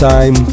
Time